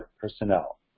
personnel